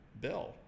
bill